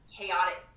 chaotic